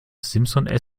simson